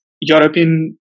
European